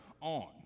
on